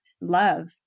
love